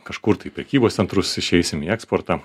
kažkur tai į prekybos centrus išeisim į eksportą